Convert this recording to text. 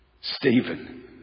Stephen